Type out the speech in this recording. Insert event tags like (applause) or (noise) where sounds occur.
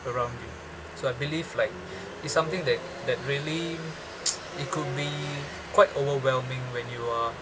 around you so I believe like (breath) it's something that that really (noise) it could be quite overwhelming when you are